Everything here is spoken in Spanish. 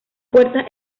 puertas